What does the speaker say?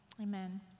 Amen